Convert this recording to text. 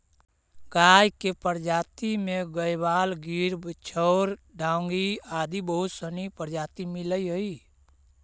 गाय के प्रजाति में गयवाल, गिर, बिच्चौर, डांगी आदि बहुत सनी प्रजाति मिलऽ हइ